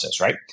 right